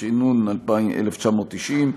התש"ן 1990,